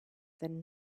than